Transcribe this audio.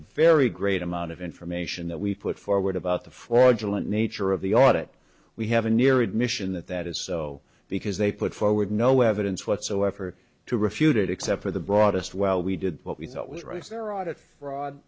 very great amount of information that we've put forward about the four jewel a nature of the audit we have a near admission that that is so because they put forward no evidence whatsoever to refute it except for the broadest well we did what we thought was right there out of fraud